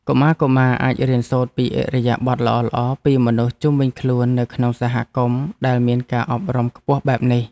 កុមារៗអាចរៀនសូត្រពីឥរិយាបថល្អៗពីមនុស្សជុំវិញខ្លួននៅក្នុងសហគមន៍ដែលមានការអប់រំខ្ពស់បែបនេះ។